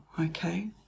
okay